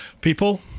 people